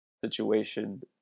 situation